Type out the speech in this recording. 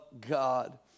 God